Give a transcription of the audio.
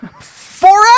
forever